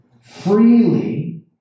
freely